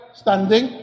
standing